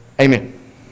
Amen